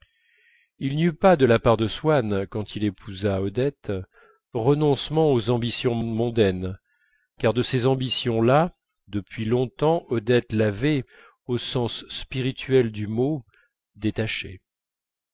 il n'y eut pas de la part de swann quand il épousa odette renoncement aux ambitions mondaines car de ces ambitions là depuis longtemps odette l'avait au sens spirituel du mot détaché